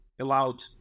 allowed